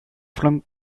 from